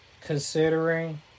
considering